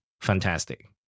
Fantastic